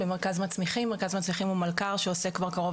מרכז מצמיחים הוא מלכ"ר שעוסק כבר קרוב